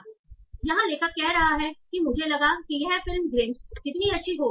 इसलिए यहाँ लेखक कह रहा है कि मुझे लगा कि यह फिल्म ग्रिंच जितनी अच्छी होगी